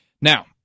Now